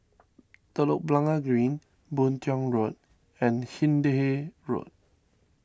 Telok Blangah Green Boon Tiong Road and Hindhede Road